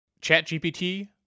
ChatGPT